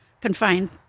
confined